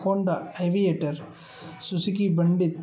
Honda Aviator Suzuki Pandit